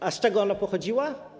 A z czego ona pochodziła?